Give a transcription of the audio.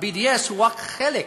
ה-BDS הוא רק חלק